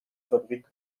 fabrik